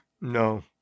No